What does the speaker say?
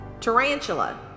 Tarantula